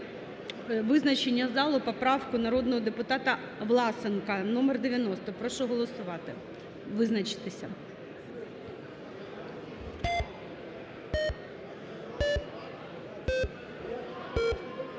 визначення залу поправку народного депутата Власенка, номер 90. Прошу голосувати, визначитися.